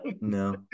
no